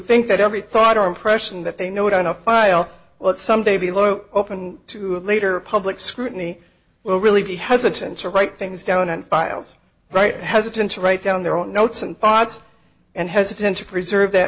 think that every thought or impression that they know it on a file let some day be lower open to a later public scrutiny will really be hesitant to write things down and files right hesitant to write down their own notes and cards and hesitant to preserve that